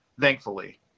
thankfully